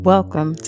Welcome